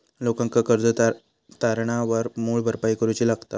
लोकांका कर्ज तारणावर मूळ भरपाई करूची लागता